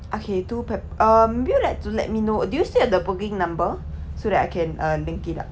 okay two pe~ um would you like to let me know do you still have the booking number so that I uh can link it up